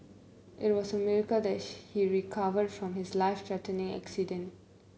it was a miracle that he recovered from his life threatening accident